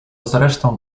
zresztą